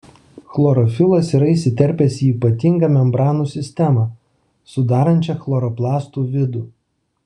chlorofilas yra įsiterpęs į ypatingą membranų sistemą sudarančią chloroplastų vidų